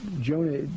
jonah